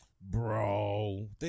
Bro